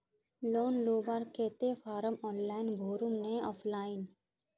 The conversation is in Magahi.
लोन लुबार केते फारम ऑनलाइन भरुम ने ऑफलाइन?